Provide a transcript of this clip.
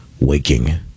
waking